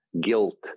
guilt